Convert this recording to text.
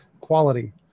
quality